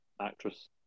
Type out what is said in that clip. actress